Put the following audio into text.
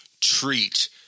treat